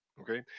okay